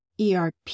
ERP